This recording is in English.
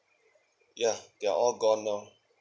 ya ya all gone now